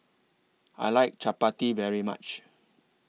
I like Chapati very much